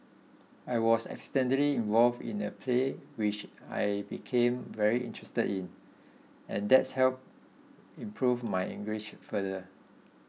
I was accidentally involved in a play which I became very interested in and that's helped improve my English further